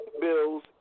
Bills